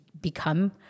become